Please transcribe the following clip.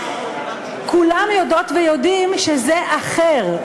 כולן יודעות וכולם ויודעים שזה אחר,